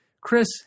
Chris